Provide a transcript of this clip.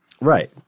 Right